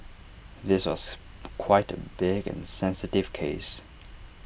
this was quite A big and sensitive case